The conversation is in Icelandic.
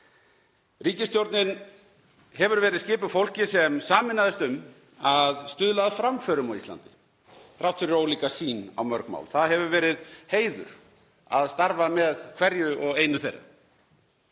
Ríkisstjórnin hefur verið skipuð fólki sem sameinaðist um að stuðla að framförum á Íslandi þrátt fyrir ólíka sýn á mörg mál. Það hefur verið heiður að starfa með hverju og einu þeirra.